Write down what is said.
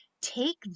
take